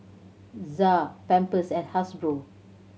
ZA Pampers and Hasbro